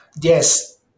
Yes